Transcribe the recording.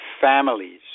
families